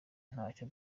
ntacyo